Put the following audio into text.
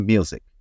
Music